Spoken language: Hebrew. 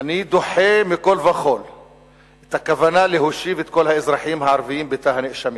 אני דוחה מכול וכול את הכוונה להושיב את כל האזרחים הערבים בתא הנאשמים.